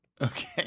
Okay